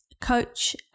coach